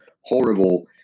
horrible